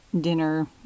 dinner